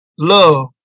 Love